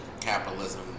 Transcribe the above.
capitalism